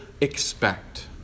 expect